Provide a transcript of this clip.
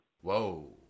Whoa